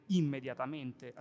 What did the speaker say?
immediatamente